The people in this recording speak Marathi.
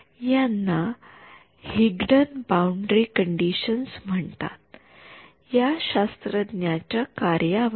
याना हिग्डन बाउंडरी कंडिशन्स म्हणतात या शास्त्रज्ञा च्या कार्यावरून